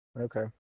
Okay